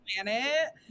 planet